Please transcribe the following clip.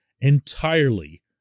entirely